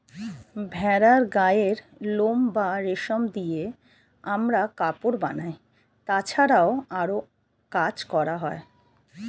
ভেড়ার গায়ের লোম বা রেশম দিয়ে আমরা কাপড় বানাই, তাছাড়াও আরো কাজ হয়